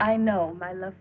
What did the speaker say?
i know i love